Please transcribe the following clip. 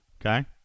okay